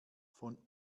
von